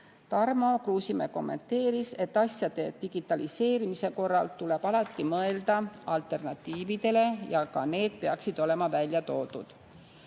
Tarmo Kruusimäe kommenteeris, et asjade digitaliseerimise korral tuleb alati mõelda alternatiividele ja ka need peaksid olema välja toodud.